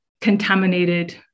contaminated